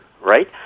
right